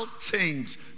change